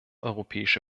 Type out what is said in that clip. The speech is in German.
europäische